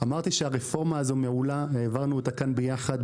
אמרתי שהרפורמה הזו מעולה, העברנו אותה כאן ביחד.